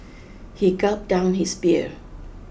he gulped down his beer